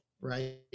Right